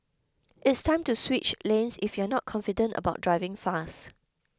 it's time to switch lanes if you're not confident about driving fast